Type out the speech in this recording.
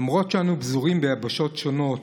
למרות שאנו פזורים ביבשות שונות